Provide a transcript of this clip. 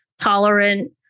tolerant